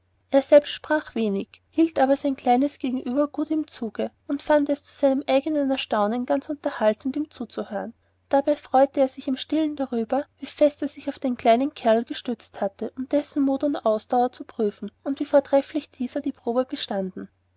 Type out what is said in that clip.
er selbst sprach wenig erhielt aber sein kleines gegenüber gut im zuge und fand es zu seinem eignen erstaunen ganz unterhaltend ihm zuzuhören dabei freute er sich im stillen darüber wie fest er sich auf den kleinen kerl gestützt hatte um dessen mut und ausdauer zu prüfen und wie vortrefflich dieser die probe bestanden